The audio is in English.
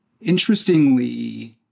interestingly